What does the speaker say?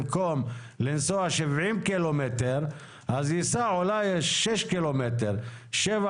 במקום לנסוע 70 ק"מ הם ייסעו אולי 7-6 ק"מ.